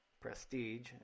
prestige